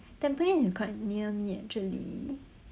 tampines is quite near me actually